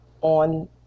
on